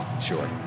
Sure